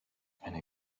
eine